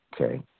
Okay